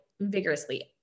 vigorously